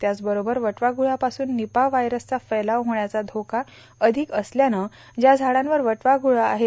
त्याचबरोबर वटवाघुळापासून निपाह व्हायरसचा फैलाव होण्याचा धोका अधिक असल्यानं ज्या झाडांवर वटवाघूळ आहेत